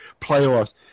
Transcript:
playoffs